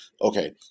Okay